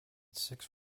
six